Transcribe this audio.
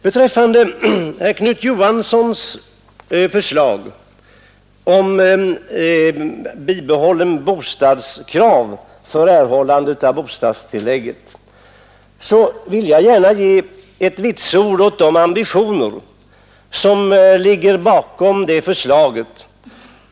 Herr Knut Johansson i Stockholm har ställt ett yrkande om bibehållet bostadsvillkor för erhållande av bostadstillägg. Jag vill gärna ge ett vitsord åt de ambitioner som ligger bakom detta förslag.